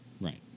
right